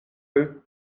eux